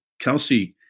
Kelsey